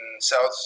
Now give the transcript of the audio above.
South